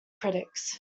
critics